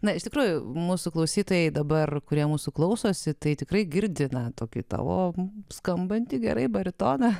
na iš tikrųjų mūsų klausytojai dabar kurie mūsų klausosi tai tikrai girdi na tokį tavo skambantį gerai baritoną